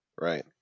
right